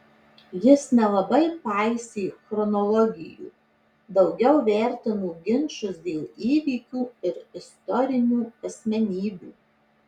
jis nelabai paisė chronologijų daugiau vertino ginčus dėl įvykių ir istorinių asmenybių